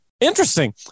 Interesting